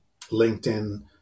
LinkedIn